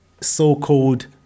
so-called